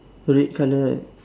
red colour right